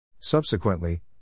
Subsequently